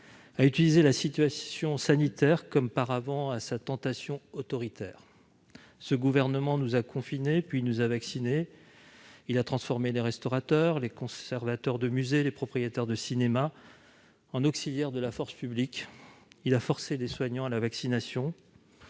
à utiliser la situation sanitaire comme paravent à sa tentation autoritaire. Ce gouvernement nous a confinés, puis nous a vaccinés. Il a transformé les restaurateurs, les conservateurs de musée, les propriétaires de cinéma, en auxiliaires de la force publique. Il a forcé les soignants à la vaccination.